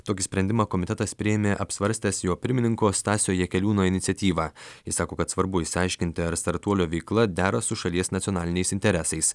tokį sprendimą komitetas priėmė apsvarstęs jo pirmininko stasio jakeliūno iniciatyva jis sako kad svarbu išsiaiškinti ar startuolio veikla dera su šalies nacionaliniais interesais